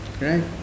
Right